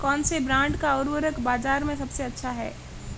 कौनसे ब्रांड का उर्वरक बाज़ार में सबसे अच्छा हैं?